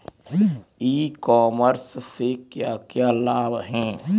ई commerce से क्या क्या लाभ हैं?